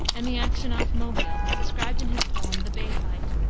and the action off mobile, described in his poem, the bay fight.